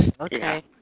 Okay